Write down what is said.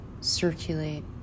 circulate